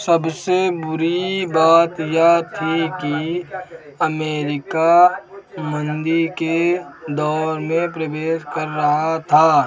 सबसे बुरी बात यह थी कि अमेरिका मन्दी के दौर में प्रवेश कर रहा था